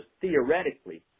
theoretically